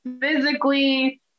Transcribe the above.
physically